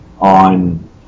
on